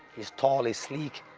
he's tall, he's sleek,